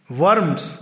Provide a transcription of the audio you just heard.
Worms